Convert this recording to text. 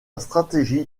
stratégie